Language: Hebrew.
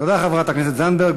תודה לחברת הכנסת זנדברג.